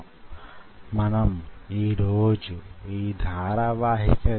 ముందు తరగతిలో మనము 8 వ వారములో ఉన్నాం